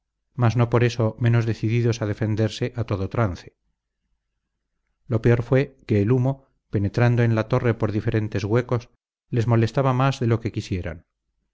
mas no por eso menos decididos a defenderse a todo trance lo peor fue que el humo penetrando en la torre por diferentes huecos les molestaba más de lo que quisieran